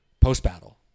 post-battle